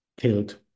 killed